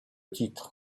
titre